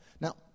Now